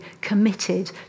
committed